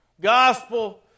Gospel